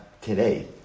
today